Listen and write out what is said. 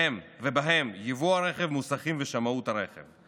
ובהם יבוא הרכב, מוסכים ושמאות הרכב.